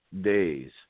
days